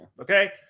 Okay